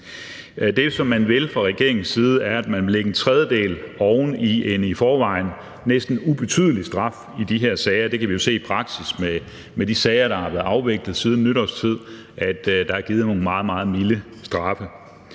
Det, som man vil fra regeringens side, er, at man vil lægge en tredjedel oven i en i forvejen næsten ubetydelig straf i de her sager. Vi kan jo se i praksis med de sager, der har været afviklet siden nytårstid, at der er givet nogle meget, meget milde straffe.